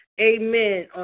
Amen